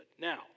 Now